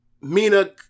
Mina